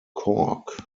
cork